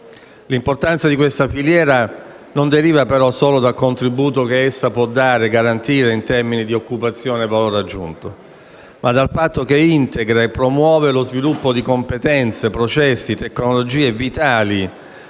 L'importanza di questa filiera non deriva però soltanto dal contributo che essa può garantire in termini di occupazione e di valore aggiunto, ma anche dal fatto che essa integra e promuove lo sviluppo di competenze, di processi e di tecnologie vitali